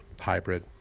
hybrid